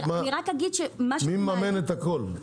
רק מי מממן את הכול?